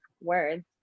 words